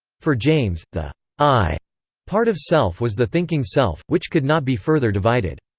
for james, the i part of self was the thinking self, which could not be further divided.